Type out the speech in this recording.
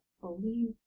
believe